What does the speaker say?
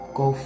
go